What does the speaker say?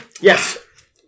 Yes